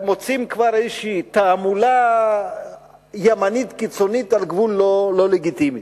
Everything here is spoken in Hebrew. מוצאים כבר איזו תעמולה ימנית קיצונית על גבול הלא-לגיטימית.